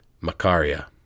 Macaria